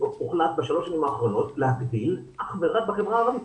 הוחלט בשלוש שנים האחרונות להגדיל אך רק בחברה הערבית